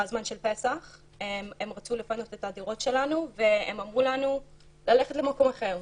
בזמן של פסח הם רצו לפנות את הדירות שלנו והם אמרו לנו ללכת למקום אחר,